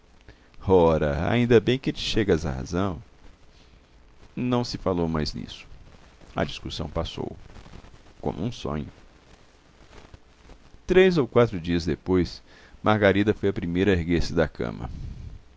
ora ainda bem que te chegas à razão e não se falou mais nisso a discussão passou como um sonho três ou quatro dias depois margarida foi a primeira a erguer-se da cama